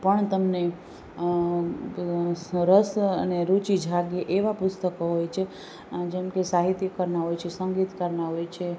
પણ તમને રસ અને રુચિ જાગે એવા પુસ્તકો હોય છે જેમ કે સાહિતયકારના હોય છે સંગીતકારના હોય છે